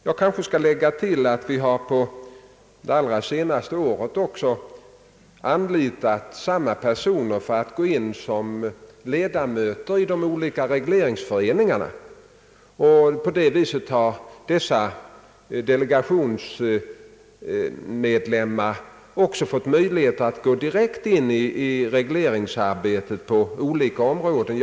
Jag kan tillägga att vi under det senaste året anlitat samma personer som ledamöter i de olika regleringsföreningarna. På det viset har delegationens medlemmar också fått möjlighet att gå direkt in i regleringsarbetet på olika områden.